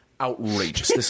outrageous